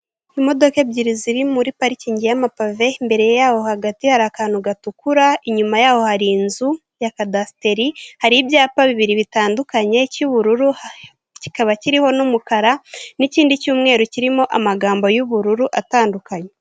Imodoka ebyiri ziri muri parikingi y'amapave mbere yaho hagati hari akantu gatukura inyuma yaho hari inzu ya cadateri hari ibyapa bibiri bitandukanye cy'ubururu kikaba kiriho n'umukara n'ikindi cyumweru kirimo amagambo y'ubururu atandukanye.